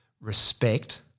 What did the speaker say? respect